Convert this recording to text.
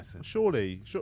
Surely